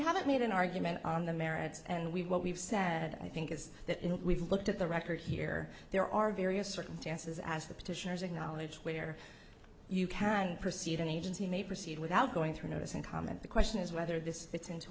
haven't made an argument on the merits and we what we've said i think is that we've looked at the record here there are various circumstances as the petitioners acknowledge where you can proceed an agency may proceed without going through notice and comment the question is whether this fits into